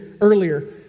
earlier